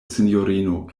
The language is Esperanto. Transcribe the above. sinjorino